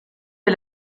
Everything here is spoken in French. est